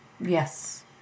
Yes